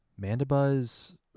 Mandibuzz